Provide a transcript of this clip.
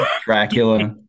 Dracula